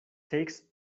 takes